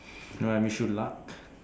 I wish you luck